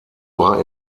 war